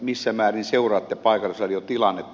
missä määrin seuraatte paikallisradiotilannetta